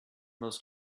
most